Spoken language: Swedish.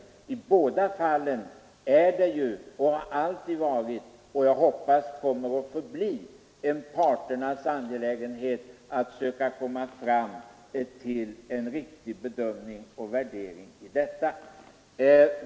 I båda fallen är det, har alltid varit och kommer, hoppas jag, alltid att förbli en parternas angelägenhet att försöka komma fram till en riktig bedömning och värdering.